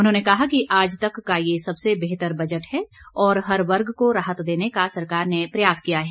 उन्होंने कहा है कि आज तक का ये सबसे बेहतर बजट है और हर वर्ग को राहत देने का सरकार ने प्रयास किया है